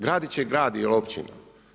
Gradi će grad ili općina.